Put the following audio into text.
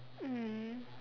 um